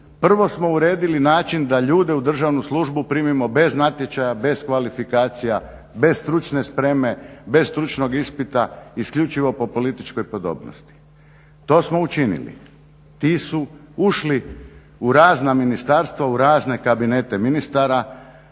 prvo smo uredili način da ljude u državnu službu primimo bez natječaja, bez kvalifikacija, bez stručne spreme, bez stručnog ispita isključivo po političkoj podobnosti. To smo učinili. Ti su ušli u razna ministarstva u razne kabinete ministara.